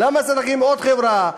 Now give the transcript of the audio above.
למה צריכים עוד חברה?